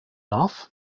enough